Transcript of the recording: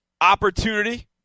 opportunity